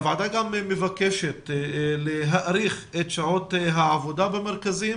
הוועדה גם מבקשת להאריך את שעות העבודה במרכזים,